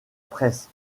presse